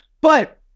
But-